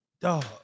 Dog